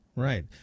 Right